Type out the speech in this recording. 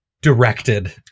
directed